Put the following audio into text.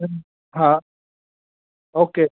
हूं हा ओके